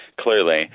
clearly